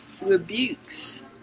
rebukes